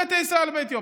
ביתא ישראל באתיופיה.